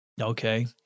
Okay